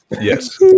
Yes